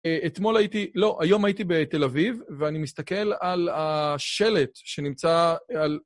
אתמול הייתי, לא, היום הייתי בתל אביב ואני מסתכל על השלט שנמצא על...